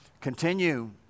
Continue